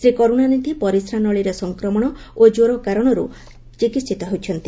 ଶ୍ରୀ କରୁଣାନିଧି ପରିସ୍ରାନଳୀରେ ସଂକ୍ରମଣ ଓ କ୍ୱର କାରଣରୁ ଚିକିିିିିତ ହେଉଛନ୍ତି